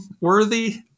worthy